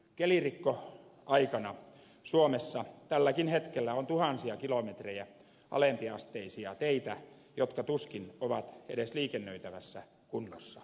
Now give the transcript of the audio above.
nyt kelirikkoaikana suomessa tälläkin hetkellä on tuhansia kilometrejä alempiasteisia teitä jotka tuskin ovat edes liikennöitävässä kunnossa